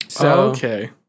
Okay